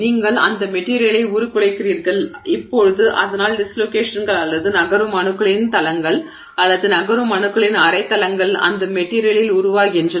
நீங்கள் அந்த மெட்டிரியலை உருக்குலைக்கிறீர்கள் இப்போது அதனால் டிஸ்லோகேஷன்கள் அல்லது நகரும் அணுக்களின் தளங்கள் அல்லது நகரும் அணுக்களின் அரை தளங்கள் அந்த மெட்டிரியலில் உருவாகின்றன